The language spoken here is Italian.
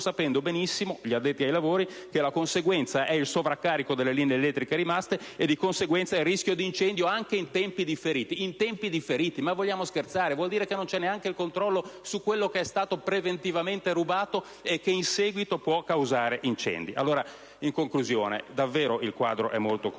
sapendo benissimo, gli addetti ai lavori, che la conseguenza è il sovraccarico delle linee elettriche rimaste e, di conseguenza, il rischio di incendio "anche in tempi differiti". In tempi differiti? Ma vogliamo scherzare? Ciò vuol dire che non c'è neanche il controllo su quanto è stato preventivamente rubato e che, in seguito, può causare incendi. In conclusione, davvero il quadro è molto confuso.